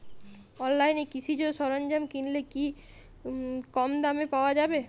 অনলাইনে কৃষিজ সরজ্ঞাম কিনলে কি কমদামে পাওয়া যাবে?